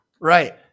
Right